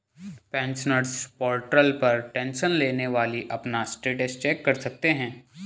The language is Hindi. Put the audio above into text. पेंशनर्स पोर्टल पर टेंशन लेने वाली अपना स्टेटस चेक कर सकते हैं